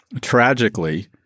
tragically